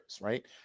right